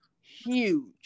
huge